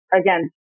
again